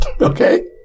Okay